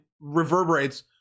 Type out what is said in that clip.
reverberates